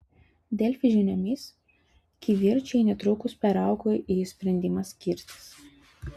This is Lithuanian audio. delfi žiniomis kivirčai netrukus peraugo į sprendimą skirtis